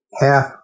half